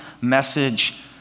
message